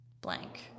blank